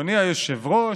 אדוני היושב-ראש,